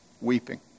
weeping